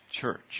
church